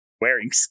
Wearing